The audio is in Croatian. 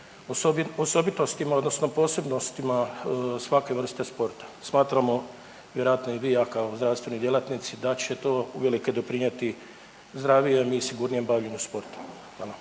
osobitostima odnosno posebnostima svake vrste sporta. Smatramo, vjerojatno i vi i ja kao zdravstveni djelatnici da će to uvelike doprinijeti zdravijem i sigurnijem bavljenju sportom.